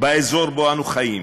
באזור שבו אנו חיים.